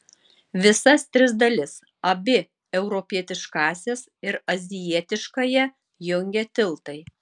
visas tris dalis abi europietiškąsias ir azijietiškąją jungia tiltai